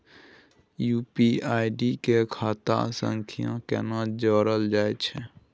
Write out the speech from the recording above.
UPI के खाता सं केना जोरल जाए छै?